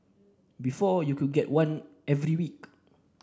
before you could get one every week